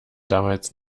damals